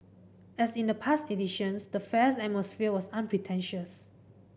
as in the past editions the Fair's atmosphere was unpretentious